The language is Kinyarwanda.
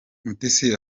mutesi